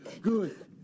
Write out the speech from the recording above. good